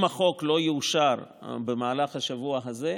אם החוק לא יאושר במהלך השבוע הזה,